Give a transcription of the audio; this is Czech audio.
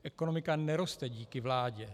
Ekonomika neroste díky vládě.